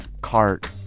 cart